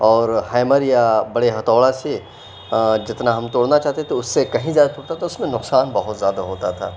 اور ہیمر یا بڑے ہتھوڑے سے جتنا ہم توڑنا چاہتے تھے اُس سے كہیں زیادہ ٹوٹتا تھا اُس میں نقصان بہت زیادہ ہوتا تھا